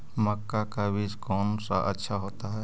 मक्का का बीज कौन सा अच्छा होता है?